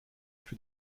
für